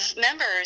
members